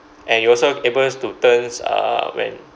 and you also able to turns uh when